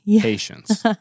patience